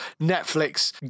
Netflix